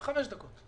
חמש דקות.